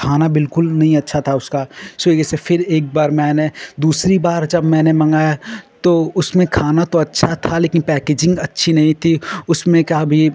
खाना बिल्कुल नहीं अच्छा था उसका स्विगी से फिर एक बार मैंने दूसरी बार जब मैंने मँगाया तो उसमें खाना तो अच्छा था लेकिन पैकेजिन्ग अच्छी नहीं थी उसमें का भी